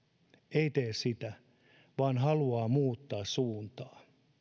ei tee sitä vaan haluaa muuttaa suuntaa